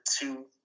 two